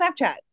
Snapchat